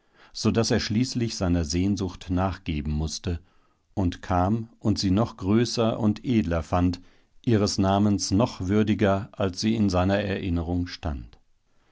so daß er schließlich seiner sehnsucht nachgeben mußte und kam und sie noch größer und edler fand ihres namens noch würdiger als sie in seiner erinnerung stand